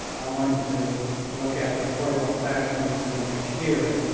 i wanted to look at the portable classrooms for next year.